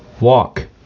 walk